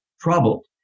troubled